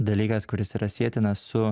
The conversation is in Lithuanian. dalykas kuris yra sietinas su